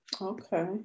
okay